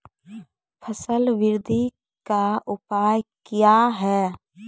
फसल बृद्धि का उपाय क्या हैं?